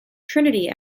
trinity